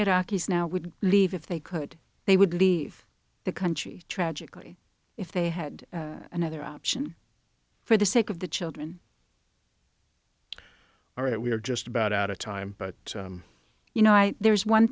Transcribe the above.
iraqis now would leave if they could they would leave the country tragically if they had another option for the sake of the children all right we are just about out of time but you know i there's one